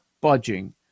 budging